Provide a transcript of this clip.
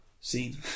seen